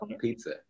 Pizza